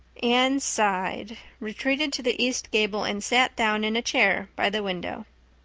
anne sighed, retreated to the east gable, and sat down in a chair by the window.